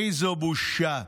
איזו בושה.